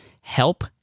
help